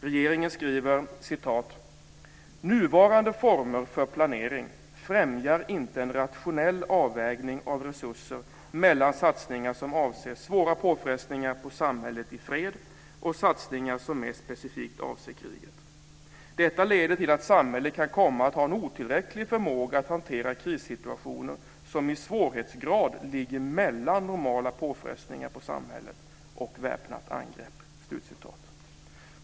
Regeringen skriver: "Nuvarande former för planering främjar inte en rationell avvägning av resurser mellan satsningar som avser svåra påfrestningar på samhället i fred och satsningar som mer specifikt avser kriget. Detta leder till att samhället kan komma att ha en otillräcklig förmåga att hantera krissituationer som i svårighetsgrad ligger mellan normala påfrestningar på samhället och väpnat angrepp."